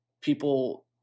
people